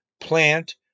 plant